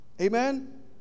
Amen